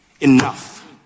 Enough